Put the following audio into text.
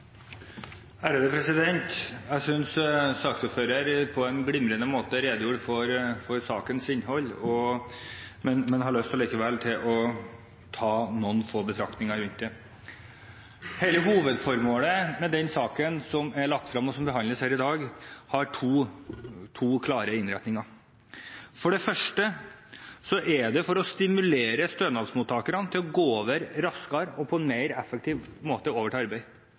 er omme. Jeg synes saksordføreren på en glimrende måte redegjorde for sakens innhold, men jeg har likevel lyst å komme med noen få betraktninger rundt det. Hele hovedformålet med den saken som er lagt frem, og som behandles her i dag, har to klare innretninger: For det første er det for å stimulere stønadsmottakerne til på en raskere og mer effektiv måte å komme i arbeid.